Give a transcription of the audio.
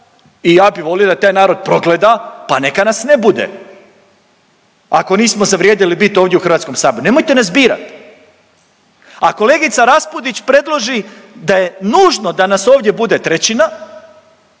i ja bi volio da taj narod progleda, pa neka nas ne bude ako nismo zavrijedili bit ovdje u HS, nemojte nas birat, a kolegica Raspudić predloži da je nužno da nas ovdje bude trećina